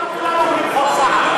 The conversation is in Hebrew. למה כולם אומרים: חוק סער?